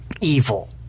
evil